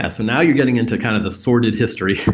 ah so now you're getting into kind of the sorted history.